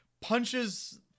punches